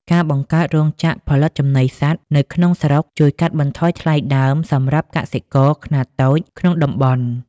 ការបង្កើតរោងចក្រផលិតចំណីសត្វនៅក្នុងស្រុក ជួយកាត់បន្ថយថ្លៃដើមសម្រាប់កសិករខ្នាតតូចក្នុងតំបន់។